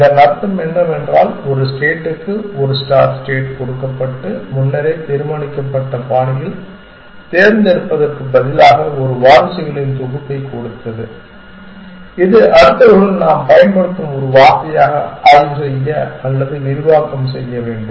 இதன் அர்த்தம் என்னவென்றால் ஒரு ஸ்டேட்டுக்கு ஒரு ஸ்டார்ட் ஸ்டேட் கொடுக்கப்பட்டு முன்னரே தீர்மானிக்கப்பட்ட பாணியில் தேர்ந்தெடுப்பதற்குப் பதிலாக ஒரு வாரிசுகளின் தொகுப்பைக் கொடுத்தது இது அடுத்தவர்கள் நாம் பயன்படுத்தும் ஒரு வார்த்தையாக ஆய்வு செய்ய அல்லது விரிவாக்க வேண்டும்